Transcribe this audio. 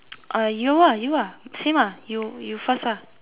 uh you ah you ah same ah you you first lah